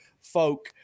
folk